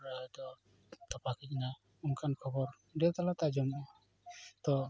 ᱛᱚᱯᱟ ᱠᱮᱫ ᱠᱤᱱᱟ ᱚᱱᱠᱟ ᱠᱷᱚᱵᱚᱨ ᱵᱷᱤᱰᱤᱭᱳ ᱛᱟᱞᱟᱛᱮ ᱟᱸᱡᱚᱢᱚᱜᱼᱟ ᱛᱚ